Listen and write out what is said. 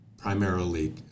primarily